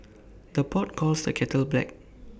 the pot calls the kettle black